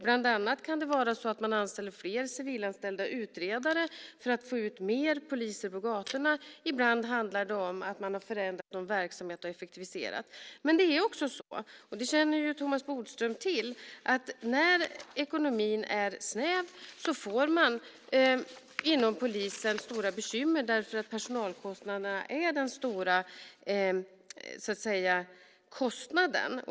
Bland annat kan det vara så att man anställer fler civilanställda utredare för att få ut fler poliser på gatorna. Ibland handlar det om att man har förändrat verksamheten och effektiviserat. Men det är också så, och det känner Thomas Bodström till, att när ekonomin är snäv får man inom polisen stora bekymmer därför att personalkostnaden är den stora kostnaden.